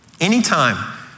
Anytime